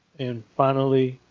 and finally,